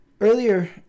earlier